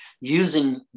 using